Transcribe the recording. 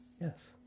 Yes